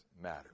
matter